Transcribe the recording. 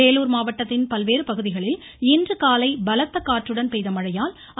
வேலூர் மாவட்டத்தின் பல்வேறு பகுதிகளில் இன்றுகாலை பலத்த காற்றுடன் பெய்த மழையால் தெரிவிக்கிறார்